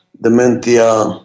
dementia